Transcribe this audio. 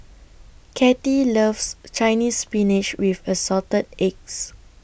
Katy loves Chinese Spinach with Assorted Eggs